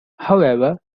however